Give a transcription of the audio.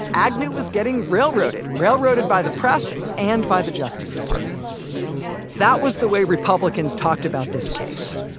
agnew was getting railroaded. railroaded by the press and by the justice department that was the way republicans talked about this case.